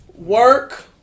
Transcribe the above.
Work